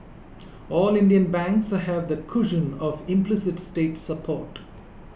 all Indian banks have the cushion of implicit state support